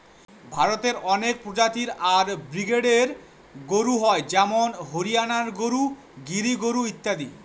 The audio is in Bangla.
ভারতে অনেক প্রজাতি আর ব্রিডের গরু হয় যেমন হরিয়ানা গরু, গির গরু ইত্যাদি